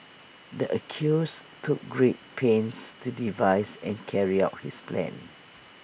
the accused took great pains to devise and carry out his plan